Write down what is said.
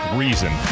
reason